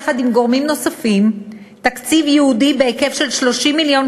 יחד עם גורמים נוספים תקציב ייעודי בהיקף של 30 מיליון